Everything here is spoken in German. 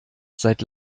seit